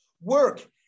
Work